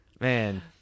man